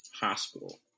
hospital